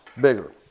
bigger